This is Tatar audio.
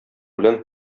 белән